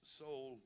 soul